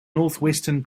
northwestern